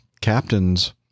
captain's